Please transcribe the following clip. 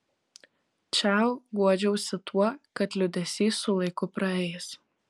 čiau guodžiausi tuo kad liūdesys su laiku praeis